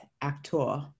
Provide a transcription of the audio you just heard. actor